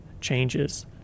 changes